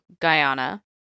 Guyana